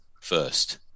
first